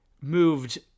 moved